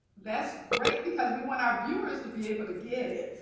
that's great because we want our viewers to be able to give it.